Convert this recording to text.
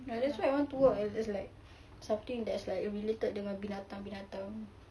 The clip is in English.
ya that's why I want to work just like something that's related dengan binatang-binatang